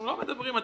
לא מדברים על